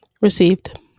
received